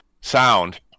sound